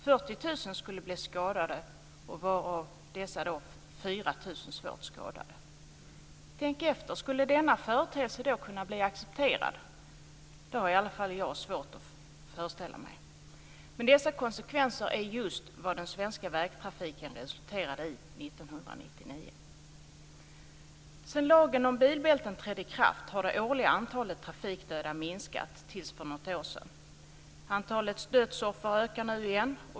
Det kunde konstatera att man har satsat på långsiktiga åtgärder och på s.k. mjuka insatser, trots att vi har fattat beslut om att nollvisionen inte alls bara handlar om trafikanter utan minst lika mycket om systemutformarens roll, dvs. att våra vägar är sådana att trafikanterna inte skadas.